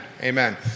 amen